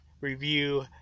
review